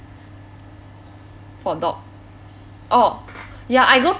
for dog orh ya I go